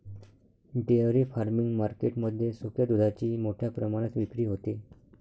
dairy farming market मध्ये सुक्या दुधाची मोठ्या प्रमाणात विक्री होते